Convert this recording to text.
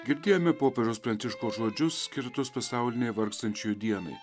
girdėjome popiežiaus pranciškaus žodžius skirtus pasaulinei vargstančiųjų dienai